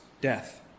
Death